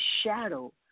shadow